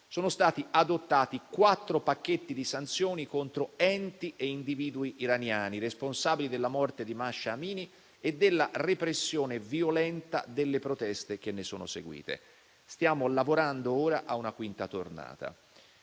sono stati adottati quattro pacchetti di sanzioni contro enti e individui iraniani, responsabili della morte di Mahsa Amini e della repressione violenta delle proteste che ne sono seguite; stiamo lavorando ora a una quinta tornata.